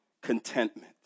contentment